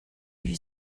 you